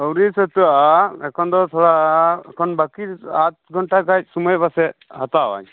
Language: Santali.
ᱟᱹᱣᱨᱤ ᱥᱟᱹᱛᱟᱹᱜᱼᱟ ᱮᱠᱷᱚᱱ ᱫᱚ ᱛᱷᱚᱲᱟ ᱮᱠᱷᱚᱱ ᱵᱟᱹᱠᱤ ᱟᱫᱷ ᱜᱷᱚᱱᱴᱟ ᱜᱟᱱ ᱥᱚᱢᱚᱭ ᱯᱟᱪᱮᱫ ᱦᱟᱛᱟᱣᱟᱭ